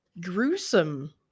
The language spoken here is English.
gruesome